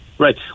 Right